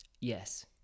Yes